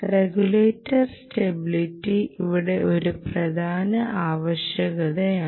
regulator stability ഇവിടെ ഒരു പ്രധാന ആവശ്യകതയാണ്